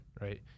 right